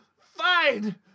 fine